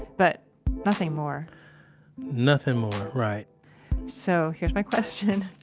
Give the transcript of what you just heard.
but nothing more nothing more. right so here's my question.